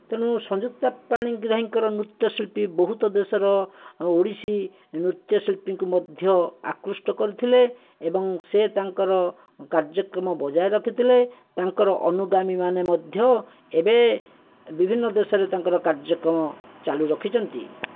ତେଣୁ ସଂଯୁକ୍ତା ପାଣିଗ୍ରାହୀଙ୍କର ନୃତ୍ୟଶିଳ୍ପୀ ବହୁତ ଦେଶର ଓଡ଼ିଶୀ ନୃତ୍ୟଶିଳ୍ପୀଙ୍କୁ ମଧ୍ୟ ଆକୃଷ୍ଟ କରିଥିଲେ ଏବଂ ସେ ତାଙ୍କର କାର୍ଯ୍ୟକ୍ରମ ବଜାଇ ରଖିଥିଲେ ତାଙ୍କର ଅନୁଗାମୀ ମଧ୍ୟ ଏବେ ବିଭିନ୍ନ ଦେଶର ମଧ୍ୟ ତାଙ୍କର କାର୍ଯ୍ୟକ୍ରମ ଚାଲୁରଖିଛନ୍ତି